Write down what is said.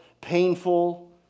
painful